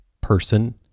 person